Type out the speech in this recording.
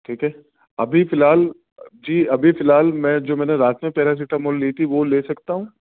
ٹھیک ہے ابھی فی الحال جی ابھی فی الحال میں جو میں نے رات میں پیراسیٹامال لی تھی وہ لے سکتا ہوں